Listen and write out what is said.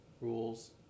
rules